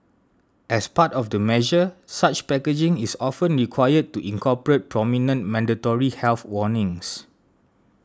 as part of the measure such packaging is often required to incorporate prominent mandatory health warnings